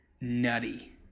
nutty